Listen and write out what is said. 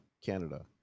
Canada